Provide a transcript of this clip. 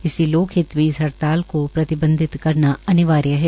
इसलिए लोक हित में इस हड़ताल को प्रतिबंधित करना अनिवार्य है